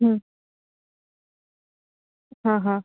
हां हां